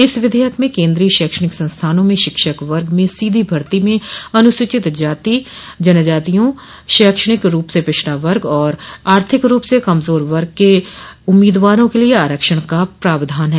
इस विधेयक में केन्द्रीय शैक्षणिक संस्थानों में शिक्षक वर्ग में सीधी भर्ती में अनुसूचित जातियों जनजातियों शैक्षणिक रूप से पिछड़ा वर्ग और आर्थिक रूप से कमजोर वर्ग के उम्मीदवारों के लिए आरक्षण का प्रावधान है